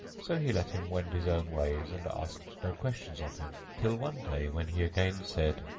so he let him wend his own ways and asked no questions of him till one day when he again said,